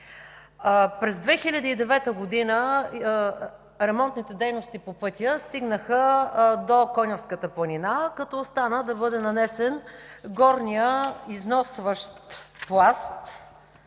През 2009 г. ремонтните дейности по пътя стигнаха до Конявската планина, като остана да бъде нанесен горният износващ пласт